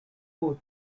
both